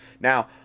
now